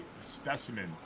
specimen